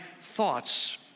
thoughts